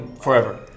forever